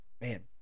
man